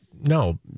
No